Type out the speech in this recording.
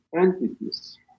entities